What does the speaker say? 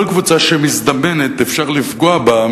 כל קבוצה שמזדמנת אפשר לפגוע בה,